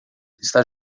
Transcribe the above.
está